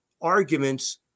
arguments